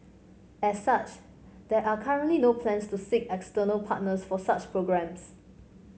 as such there are currently no plans to seek external partners for such programmes